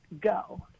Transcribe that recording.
go